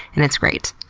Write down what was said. and it's great.